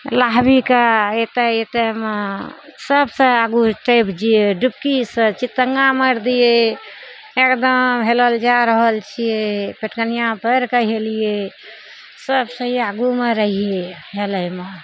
नहबयके एतय एतयमे सबसँ आगू टपि जइए डुबकीसँ चितङ्गा मरि दियै एकदम हेलल जा रहल छियै पेटकनिया पड़ि कऽ हेलियइ सबसँ आगूमे रहियइ हेलयमे